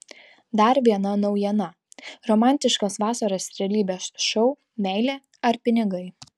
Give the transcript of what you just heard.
dar viena naujiena romantiškas vasaros realybės šou meilė ar pinigai